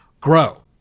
grow